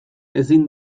ezin